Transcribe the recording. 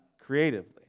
creatively